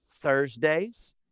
Thursdays